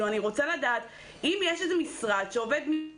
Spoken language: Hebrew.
אני רוצה לדעת אם יש משרד שעובד,